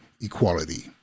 equality